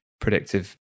predictive